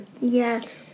Yes